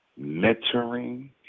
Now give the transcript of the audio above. mentoring